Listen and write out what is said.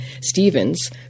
Stevens